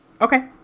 okay